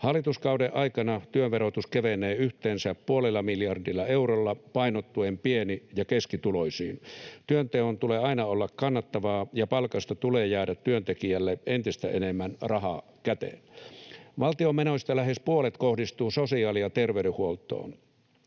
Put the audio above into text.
Hallituskauden aikana työn verotus kevenee yhteensä puolella miljardilla eurolla painottuen pieni- ja keskituloisiin. Työnteon tulee aina olla kannattavaa, ja palkasta tulee jäädä työntekijälle entistä enemmän rahaa käteen. Valtion menoista lähes puolet kohdistuu sosiaali- ja terveydenhuoltoon.